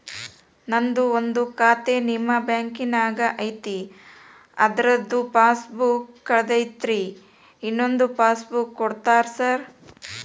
ನಂದು ಒಂದು ಖಾತೆ ನಿಮ್ಮ ಬ್ಯಾಂಕಿನಾಗ್ ಐತಿ ಅದ್ರದು ಪಾಸ್ ಬುಕ್ ಕಳೆದೈತ್ರಿ ಇನ್ನೊಂದ್ ಪಾಸ್ ಬುಕ್ ಕೂಡ್ತೇರಾ ಸರ್?